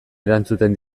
erantzuten